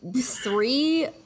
three